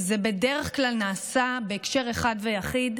זה בדרך כלל נעשה בהקשר אחד ויחיד,